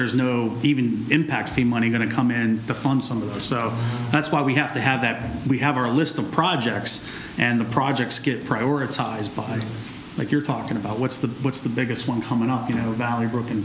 there's no even impact fee money going to come in to fund some of those so that's why we have to have that we have our list of projects and the projects get prioritized behind like you're talking about what's the what's the biggest one coming up you know valley broken